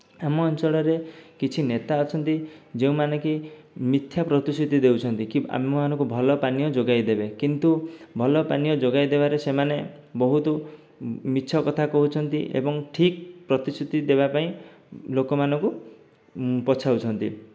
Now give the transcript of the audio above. ଆମ ଅଞ୍ଚଳରେ କିଛି ନେତା ଅଛନ୍ତି ଯେଉଁମାନେକି ମିଥ୍ୟା ପ୍ରତିଶୃତି ଦେଉଛନ୍ତି କି ଆମମାନଙ୍କୁ ଭଲ ପାନୀୟ ଯୋଗାଇ ଦେବେ କିନ୍ତୁ ଭଲ ପାନୀୟ ଯୋଗାଇ ଦେବାରେ ସେମାନେ ବହୁତ ମିଛ କଥା କହୁଛନ୍ତି ଏବଂ ଠିକ ପ୍ରତିଶୃତି ଦେବା ପାଇଁ ଲୋକ ମାନଙ୍କୁ ପଛାଉଛନ୍ତି